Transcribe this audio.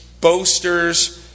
boasters